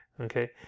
okay